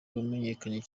wamenyekanye